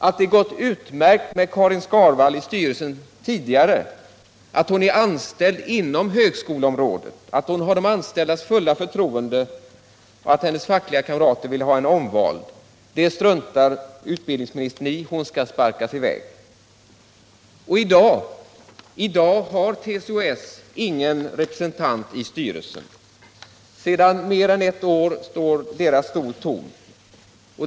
Att det gått utmärkt med Karin Skarvall i styrelsen tidigare, att hon är anställd inom högskoleområdet, att hon har de anställdas fulla förtroende och att hennes fackliga kamrater ville ha henne omvald, det struntar utbildningsministern i. Hon skall sparkas i väg. I dag har TCO-S ingen representant i styrelsen. Sedan mer än ett år står deras stol tom.